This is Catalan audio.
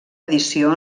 edició